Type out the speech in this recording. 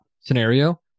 scenario